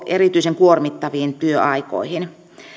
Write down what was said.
erityisen kuormittaviin työaikoihin